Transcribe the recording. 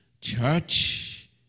Church